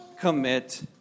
commit